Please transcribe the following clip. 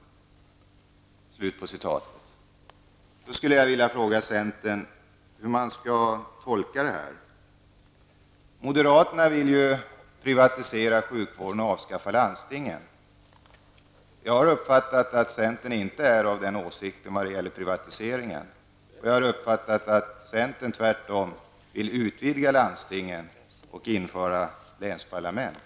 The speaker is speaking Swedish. Jag skulle vilja fråga centern hur man skall tolka detta. Moderaterna vill ju privatisera sjukvården och avskaffa landstingen. Jag har uppfattat att centern inte har samma åsikt om behovet av privatiseringar. Jag har också uppfattat att centern tvärtom vill utvidga landstingen och införa länsparlament.